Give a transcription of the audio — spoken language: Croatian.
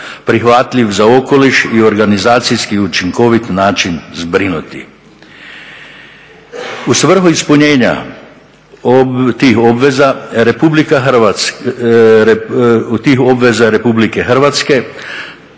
prihvatljiv za okoliš i organizacijski učinkovit način zbrinuti. U svrhu ispunjenja tih obveza Republike Hrvatske